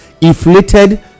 inflated